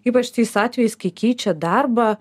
ypač tais atvejais kai keičia darbą